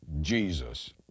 Jesus